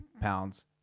pounds